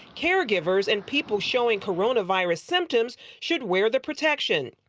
caregivers and people showing coronavirus symptoms should wear the protection.